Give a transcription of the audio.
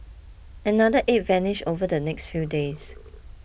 another eight vanished over the next few days